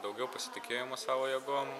daugiau pasitikėjimo savo jėgom